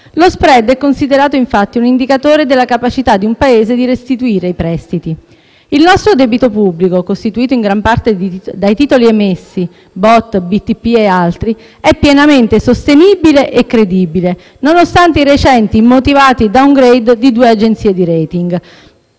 Lo *spread* è considerato, infatti, un indicatore della capacità di un Paese di restituire i prestiti. Il nostro debito pubblico, costituito in gran parte dai titoli emessi (Bot, Btp, eccetera), è pienamente sostenibile e credibile, nonostante i recenti e a parere degli interroganti immotivati *downgrade* di due agenzie di *rating*.